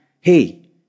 Hey